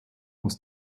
aus